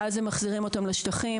ואז הם מחזירים אותם לשטחים,